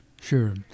Sure